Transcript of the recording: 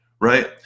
Right